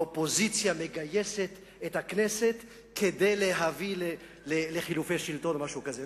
האופוזיציה מגייסת את הכנסת כדי להביא לחילופי שלטון או משהו כזה.